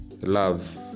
love